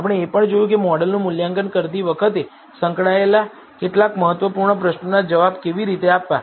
આપણે એ પણ જોયું કે મોડેલનું મૂલ્યાંકન કરતી વખતે સંકળાયેલા કેટલાક મહત્વપૂર્ણ પ્રશ્નોના જવાબ કેવી રીતે આપવા